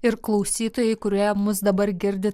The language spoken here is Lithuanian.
ir klausytojai kurie mus dabar girdi